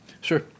Sure